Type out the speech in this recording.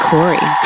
Corey